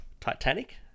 titanic